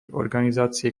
organizácie